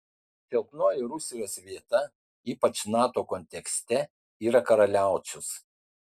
silpnoji rusijos vieta ypač nato kontekste yra karaliaučius